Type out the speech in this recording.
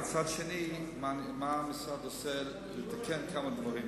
ומצד שני מה המשרד עושה לתקן כמה דברים.